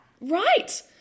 Right